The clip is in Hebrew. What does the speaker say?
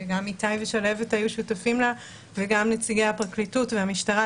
שגם איתי ושלהבת היו שותפים לה וגם נציגי הפרקליטות והמשטרה,